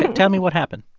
like tell me what happened